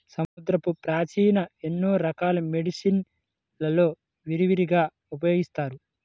సముద్రపు పాచిని ఎన్నో రకాల మెడిసిన్ లలో విరివిగా ఉపయోగిస్తారు